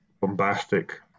bombastic